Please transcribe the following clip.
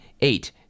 eight